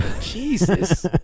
Jesus